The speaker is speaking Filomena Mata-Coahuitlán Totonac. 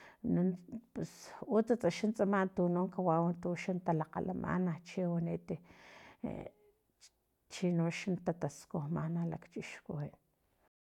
Nunt pus utsatsa noxa kawau tuxan talakgalaman chiwanit e chinoxa tataskujmana lakchixkuwin